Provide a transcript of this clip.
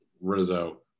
Rizzo